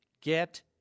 Get